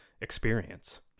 experience